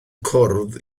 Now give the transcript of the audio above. cwrdd